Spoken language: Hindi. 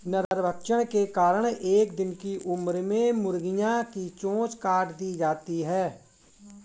नरभक्षण के कारण एक दिन की उम्र में मुर्गियां की चोंच काट दी जाती हैं